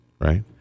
right